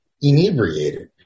inebriated